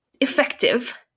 effective